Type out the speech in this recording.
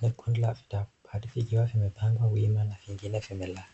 Kuna kundi la vitabu hadithi ikiwa vimepangwa wima na vingine vimelala.